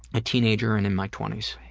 a teenager and in my twenties.